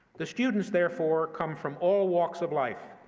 the students, therefore, come from all walks of life,